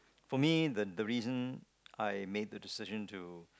for me the the reason I made the decision to